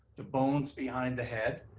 the bones behind the head,